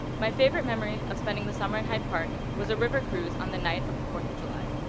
my favorite memory of spending the summer in hyde park was a river cruise on the night of the fourth of july.